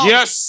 Yes